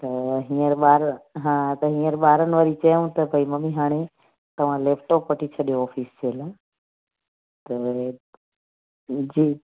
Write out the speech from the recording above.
त हींअर ॿार हा त हींअर ॿारनि वरी चयऊं त भई मम्मी हाणे तव्हां लैपटॉप वठी छॾियो ऑफ़िस जे लाइ त जी